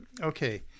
Okay